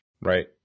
Right